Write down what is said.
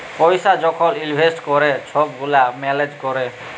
পইসা যখল ইলভেস্ট ক্যরে ছব গুলা ম্যালেজ ক্যরে